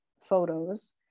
photos